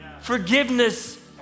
Forgiveness